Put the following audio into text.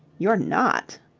you're not.